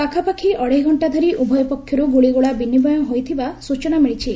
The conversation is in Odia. ପାଖାପାଖି ଅଢ଼େଇ ଘଣ୍ଟା ଧରି ଉଭୟ ପକ୍ଷର୍ ଗ୍ରଳିଗୋଳା ବିନିମୟ ହୋଇଥିବା ସ୍ବଚନା ମିଳିଛି